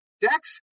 Dex